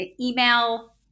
email